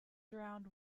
drowned